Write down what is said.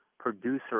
producer